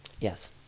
Yes